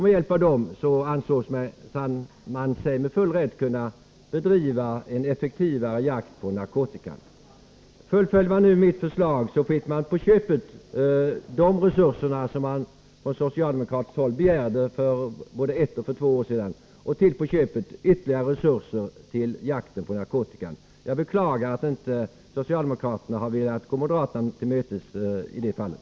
Med hjälp av dem ansåg man sig med full rätt kunna bedriva en effektivare jakt på narkotikabrottslingar. Om nu riksdagen antar mitt förslag får vi på köpet de resurser som socialdemokraterna begärde både för ett och för två år sedan. Dessutom får vi ytterligare resurser i jakten på narkotikabrottslingar. Jag beklagar att socialdemokraterna inte har velat gå moderaterna till mötes i det fallet.